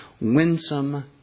winsome